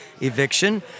eviction